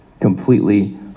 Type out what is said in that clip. completely